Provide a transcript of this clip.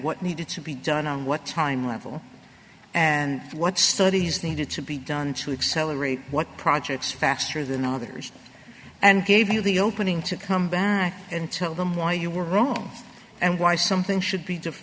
what needed to be done and what time level and what studies needed to be done to accelerate what projects faster than others and gave you the opening to come and tell them why you were wrong and why something should be